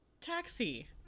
taxi